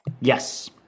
Yes